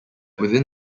within